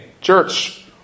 church